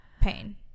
pain